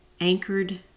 anchored